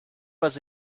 was